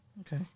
Okay